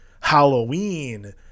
Halloween